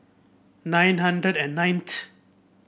nine hundred and night